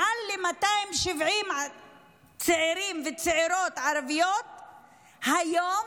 מעל 270 צעירים וצעירות ערבים וערביות היום,